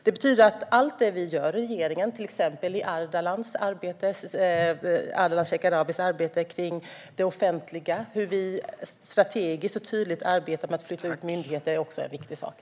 Det betyder att allt det vi gör i regeringen, till exempel Ardalan Shekarabis arbete i fråga om det offentliga och hur vi strategiskt och tydligt arbetar med att flytta ut myndigheter, är viktigt.